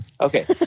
Okay